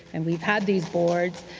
and we've had these boards,